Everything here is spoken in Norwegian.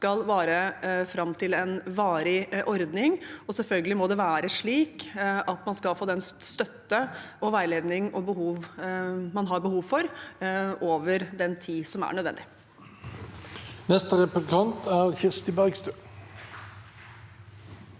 skal vare fram til en varig ordning. Selvfølgelig må det være slik at man skal få den støtten og veiledningen man har behov for, over den tid som er nødvendig.